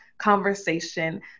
conversation